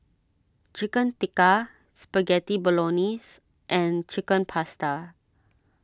Chicken Tikka Spaghetti Bolognese and Chicken Pasta